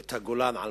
את הגולן על